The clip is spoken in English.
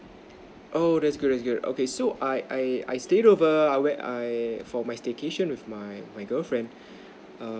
oh that's great that's great okay so I I I stayed over where I for my staycation with my my girlfriend err